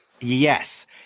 Yes